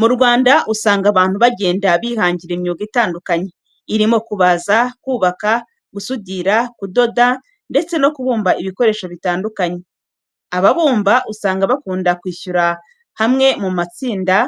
Mu Rwanda usanga abantu bagenda bihangira imyuga itandukanye, irimo kubaza, kubaka, gusudira, kudoda, ndetse no kubumba ibikoresho bitandukanye. Ababumba usanga bakunda kwishyura hamwe muma tsinda,